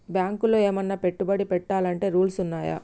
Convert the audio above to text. బ్యాంకులో ఏమన్నా పెట్టుబడి పెట్టాలంటే రూల్స్ ఉన్నయా?